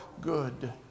good